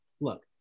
look